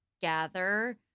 gather